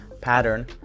pattern